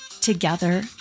together